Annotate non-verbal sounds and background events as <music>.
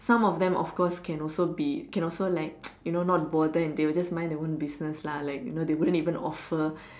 some of them of course can also be can also like <noise> you know not bothered and they will just mind their own business lah like you know they wouldn't even offer